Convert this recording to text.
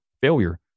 failure